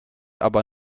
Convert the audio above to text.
aber